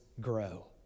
grow